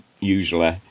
usually